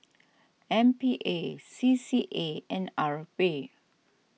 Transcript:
M P A C C A and R P